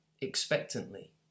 expectantly